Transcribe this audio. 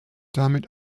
damit